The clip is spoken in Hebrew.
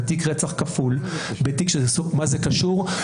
בתיק רצח כפול --- מה זה קשור?